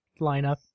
lineup